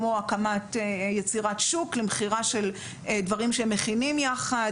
כמו יצירת שוק למכירה של דברים שהם מכינים יחד,